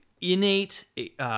innate